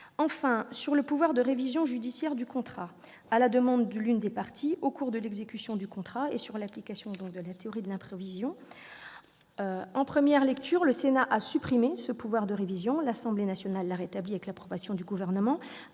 sur le pouvoir de révision judiciaire du contrat à la demande de l'une des parties au cours de l'exécution du contrat et sur l'application de la théorie de l'imprévision. En première lecture, le Sénat a supprimé ce pouvoir de révision. L'Assemblée nationale l'a rétabli avec l'approbation du Gouvernement,